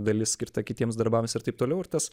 dalis skirta kitiems darbams ir taip toliau ir tas